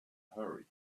hurry